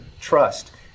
trust